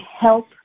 help